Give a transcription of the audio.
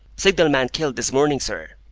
signal-man killed this morning, sir.